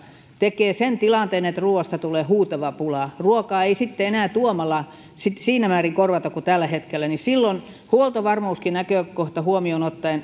tekee sen tilanteen että ruuasta tulee huutava pula ja ruokaa ei sitten enää tuomalla siinä määrin korvata kuin tällä hetkellä niin silloin huoltovarmuusnäkökohtakin huomioon ottaen